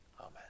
Amen